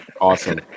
awesome